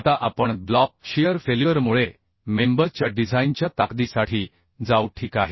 आता आपण block shear फेल्युअरमुळे मेंबर च्या डिझाइनच्या ताकदीसाठी जाऊ ठीक आहे